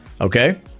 okay